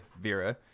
vera